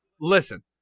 Listen